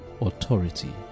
authority